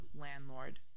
Landlord